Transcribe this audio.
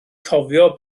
cofio